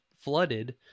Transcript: flooded